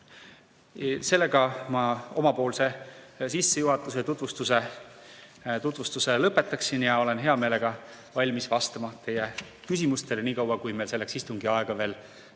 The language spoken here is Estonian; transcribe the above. Sellega ma omapoolse sissejuhatuse, tutvustuse lõpetaksin ja olen hea meelega valmis vastama teie küsimustele, niikaua kui meil selleks istungiaega veel